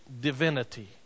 divinity